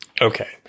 Okay